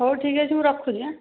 ହଉ ଠିକ୍ ଅଛି ମୁଁ ରଖୁଛିିଁ ଆଁ